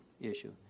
issue